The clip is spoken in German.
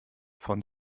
von